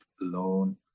alone